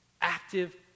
active